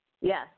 Yes